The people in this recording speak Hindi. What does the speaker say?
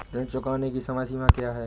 ऋण चुकाने की समय सीमा क्या है?